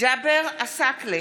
ג'אבר עסאקלה,